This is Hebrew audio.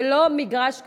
זה לא מגרש כדורגל.